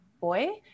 boy